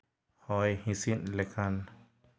ᱦᱚᱭ ᱦᱤᱸᱥᱤᱫ ᱞᱮᱠᱟᱱ